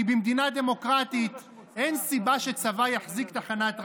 כי במדינה דמוקרטית אין סיבה שצבא יחזיק תחנות רדיו".